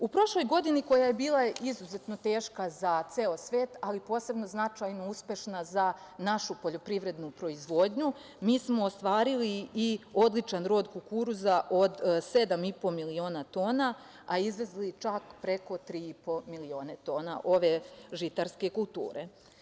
U prošloj godini, koja je bila izuzetno teška za ceo svet, ali posebno značajna i uspešna za našu poljoprivrednu proizvodnju, mi smo ostvarili i odličan rod kukuruza od 7,5 miliona tona, a izvezli čak preko 3,5 miliona tona ove žitarske kulture.